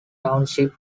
township